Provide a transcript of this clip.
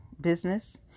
business